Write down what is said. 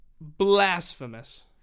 blasphemous